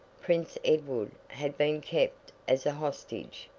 prince edward had been kept as a hostage,